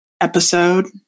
episode